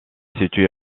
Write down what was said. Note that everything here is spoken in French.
située